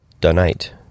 donate